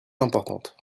importantes